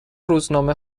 روزنامه